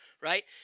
right